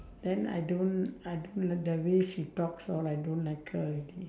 then I don't I don't like the way she talks or I don't like her already